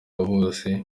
bose